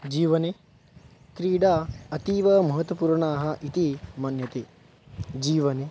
जीवने क्रीडा अतीवमहत्वपूर्णः इति मन्यते जीवने